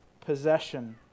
possession